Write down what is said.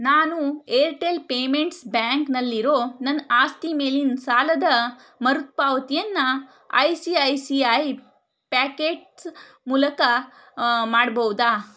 ನಾನು Airtel payments ಬ್ಯಾಂಕ್ನಲ್ಲಿರೋ ನನ್ನ ಆಸ್ತಿ ಮೇಲಿನ ಸಾಲದ ಮರುತ್ಪಾವತಿಯನ್ನು I C I C I packets ಮೂಲಕ ಮಾಡ್ಬೌದಾ